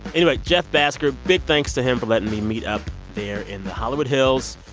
anyway, jeff bhasker, big thanks to him for letting me meet up there in the hollywood hills.